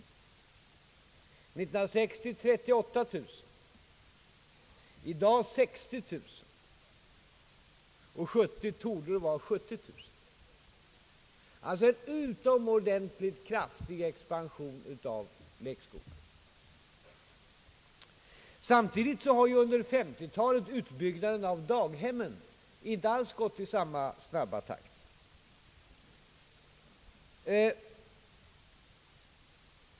1960 var det 38 000 platser, i dag 60 000, och 1970 torde det vara 70 000, alltså en utomordentligt kraftig expansion. Utbyggnaden av daghemmen gick under 1950-talet inte alls i samma snabba takt.